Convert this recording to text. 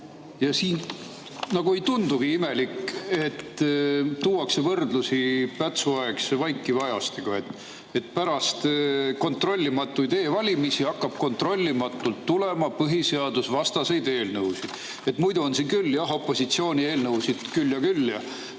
ja nagu ei tundugi imelik, et tuuakse võrdlusi Pätsu-aegse vaikiva ajastuga. Pärast kontrollimatuid e-valimisi [on hakanud] kontrollimatult tulema põhiseadusvastaseid eelnõusid. Muidu on siin küll, jah, opositsiooni eelnõusid küll ja küll,